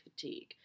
fatigue